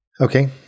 Okay